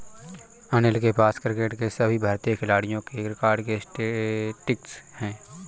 अनिल के पास क्रिकेट के सभी भारतीय खिलाडियों के रिकॉर्ड के स्टेटिस्टिक्स है